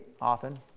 often